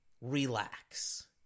relax